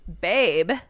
babe